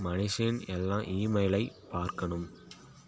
மனிஷின் எல்லாம் ஈமெயிலை பார்க்கணும்